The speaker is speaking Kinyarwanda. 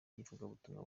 by’ivugabutumwa